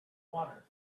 water